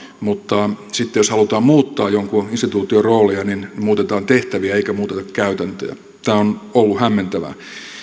että jos halutaan muuttaa jonkun instituution roolia niin muutetaan tehtäviä eikä muuteta käytäntöjä tämä on ollut hämmentävää